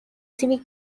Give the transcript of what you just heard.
civic